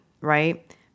right